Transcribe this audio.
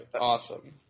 Awesome